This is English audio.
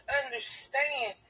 understand